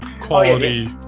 quality